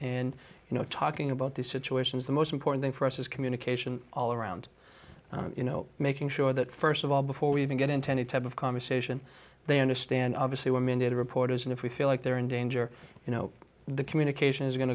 and you know talking about these situations the most important thing for us is communication all around you know making sure that st of all before we even get into any type of conversation they understand obviously were mandated reporters and if we feel like they're in danger you know the communication is going